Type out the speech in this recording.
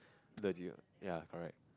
legit ya correct